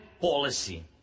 policy